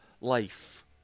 life